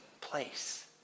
place